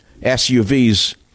SUVs